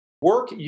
work